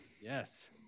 Yes